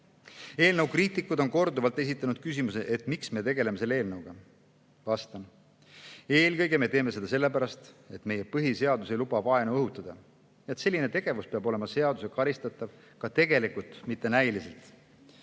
Eelnõu kriitikud on korduvalt esitanud küsimuse, et miks me selle eelnõuga tegeleme. Vastan: eelkõige teeme me seda sellepärast, et meie põhiseadus ei luba vaenu õhutada. Selline tegevus peab olema seadusega karistatav ka tegelikult, mitte näiliselt.